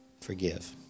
forgive